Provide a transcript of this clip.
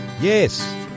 Yes